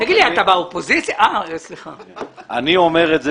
אני אומר את זה